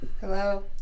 Hello